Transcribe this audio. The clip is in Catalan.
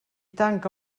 tanca